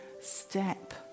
step